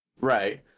Right